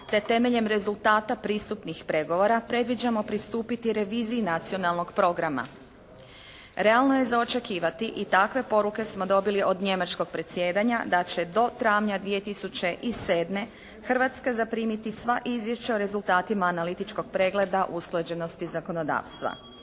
te temeljem rezultata pristupnih pregovora predviđamo pristupiti reviziji nacionalnog programa. Realno je za očekivati i takve poruke smo dobili od njemačkog predsjedanja, da će do travnja 2007. Hrvatska zaprimiti sva izvješća o rezultatima analitičkog pregleda usklađenosti zakonodavstva.